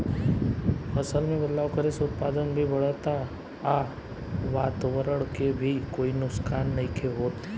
फसल में बदलाव करे से उत्पादन भी बढ़ता आ वातवरण के भी कोई नुकसान नइखे होत